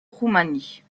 roumanie